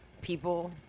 people